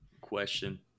Question